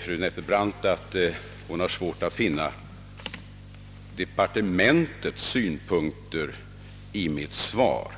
Fru Nettelbrandt säger sig ha svårt att återfinna departementets synpunkter i mitt svar.